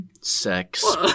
sex